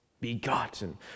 begotten